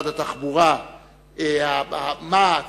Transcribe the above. משרד התחבורה, מע"צ,